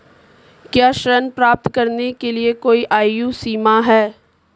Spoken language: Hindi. क्या ऋण प्राप्त करने के लिए कोई आयु सीमा है?